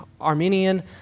Armenian